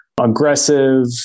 aggressive